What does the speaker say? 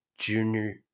junior